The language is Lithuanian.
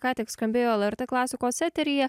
ką tik skambėjo lrt klasikos eteryje